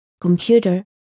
Computer